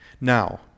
Now